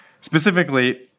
Specifically